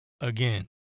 Again